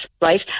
right